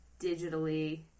digitally